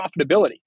profitability